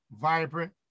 vibrant